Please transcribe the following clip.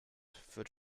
führt